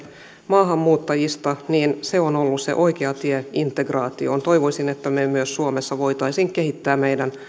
maahanmuuttajista se on ollut se oikea tie integraatioon toivoisin että myös me suomessa voisimme kehittää meidän